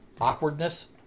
awkwardness